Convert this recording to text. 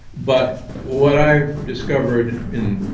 but what i've discovered in